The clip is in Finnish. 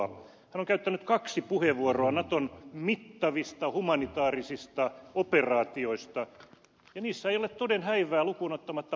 hän on käyttänyt kaksi puheenvuoroa naton mittavista humanitaarisista operaatioista ja niissä ei ole toden häivää lukuun ottamatta pakistania